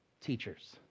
teachers